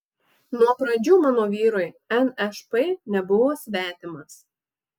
nuo pradžių mano vyrui nšp nebuvo svetimas